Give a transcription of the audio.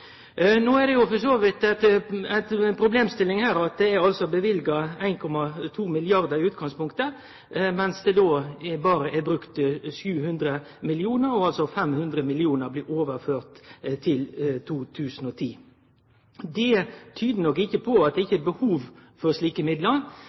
no er for så vidt ei problemstilling at det er løyvd 1,2 mrd. kr i utgangspunktet, mens det berre er brukt 700 mill. kr. 500 mill. kr blir altså overførte til 2010. Det betyr nok ikkje at det ikkje er behov for slike midlar, men det tyder nok dessverre på at